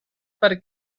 per